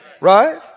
Right